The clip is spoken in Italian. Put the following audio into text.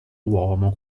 uomo